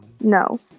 no